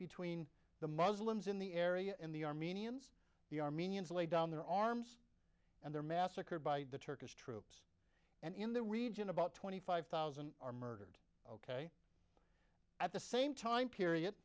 between the muslims in the area and the armenians the armenians lay down their arms and they're massacred by the turkish and in the region about twenty five thousand are murdered ok at the same time period